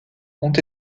ont